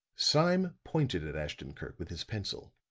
sime pointed at ashton-kirk with his pencil.